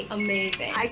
amazing